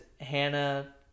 Hannah